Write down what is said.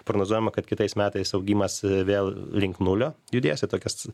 prognozuojama kad kitais metais augimas vėl link nulio judės į tokias